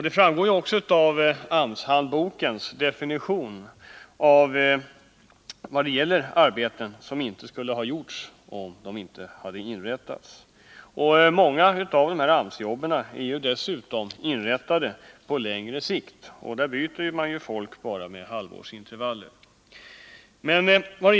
Det framgår också av AMS-handbokens definition, i vilken framhålles att det här gäller arbeten som inte skulle ha gjorts om de inte hade inrättats som beredskapsarbeten. Många AMS-jobb är dessutom inrättade på längre sikt, och där byter man folk bara med halvårsintervaller. ärklass.